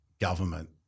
government